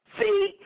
See